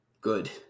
good